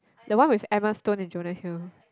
the one with Emma Stone and Jonah Hill